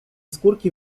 skórki